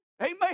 Amen